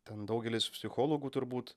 ten daugelis psichologų turbūt